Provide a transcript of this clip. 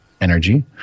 energy